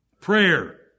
prayer